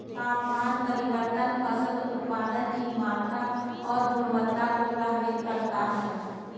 तापमान परिवर्तन फसल उत्पादन की मात्रा और गुणवत्ता को प्रभावित करता है